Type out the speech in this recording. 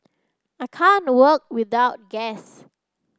I can't work without gas